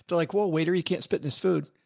like, whoa, wait, are you can't spit this food?